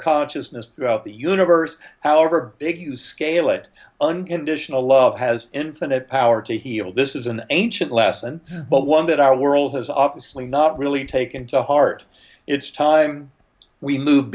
consciousness throughout the universe however big you scale it unconditional love has infinite power to heal this is an ancient lesson but one that our world has obviously not really taken to heart it's time we move